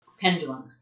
Pendulum